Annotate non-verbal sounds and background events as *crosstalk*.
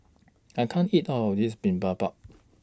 I can't eat All of This *unintelligible*